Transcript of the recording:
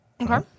okay